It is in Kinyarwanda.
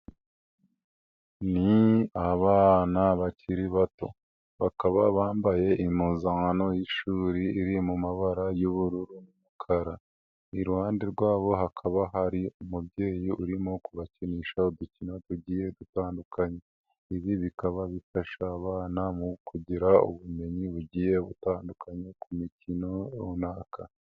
Ni abana bakiri bato bakaba bambaye impuzankano y'ishuri iri mu mabara y'ubururu n'umukara, iruhande rwabo hakaba hari umubyeyi urimo kubakinisha udukino tugiye dutandukanya, ibi bikaba bifasha abana mu kugira ubumenyi bugiye butandukanye ku mikino runaka.